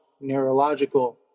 neurological